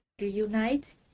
reunite